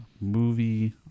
Movie